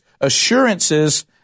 assurances